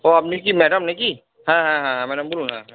তো আপনি কি ম্যাডাম না কি হ্যাঁ হ্যাঁ হ্যাঁ হ্যাঁ ম্যাডাম বলুন হ্যাঁ হ্যাঁ হ্যাঁ